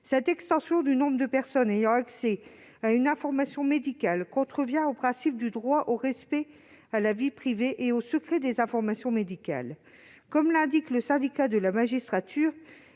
L'extension du nombre de personnes ayant accès aux informations médicales contrevient aux principes du droit au respect de la vie privée et au secret des informations médicales. Comme l'indique le Syndicat de la magistrature,